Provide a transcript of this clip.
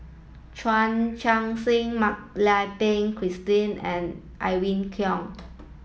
Chan Chun Sing Mak Lai Peng Christine and Irene Khong